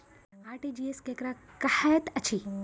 RTGS केकरा कहैत अछि?